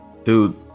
Dude